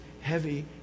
heavy